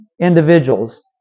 individuals